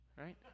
right